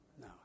No